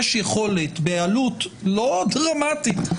יש יכולת בעלות לא דרמטית,